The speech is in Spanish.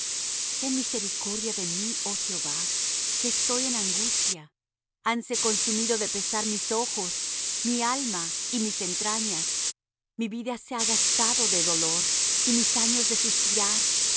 ten misericordia de mí oh jehová que estoy en angustia hanse consumido de pesar mis ojos mi alma y mis entrañas porque mi vida se va gastando de dolor y mis años de suspirar